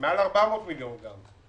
מעל 400 מיליון גם,